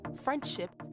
friendship